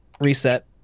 reset